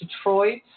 detroit